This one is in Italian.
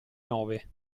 nove